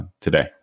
today